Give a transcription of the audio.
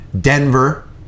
Denver